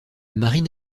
marine